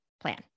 plan